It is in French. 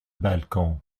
balcon